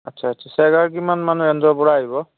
আচ্ছা আচ্ছা ফেজাৰ কিমান মানৰ ৰেঞ্জৰ পৰা আহিব